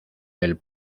del